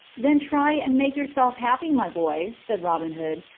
then try and make yourself happy, my boy, said robin hood,